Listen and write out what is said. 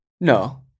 No